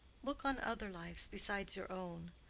look on other lives besides your own.